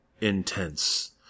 intense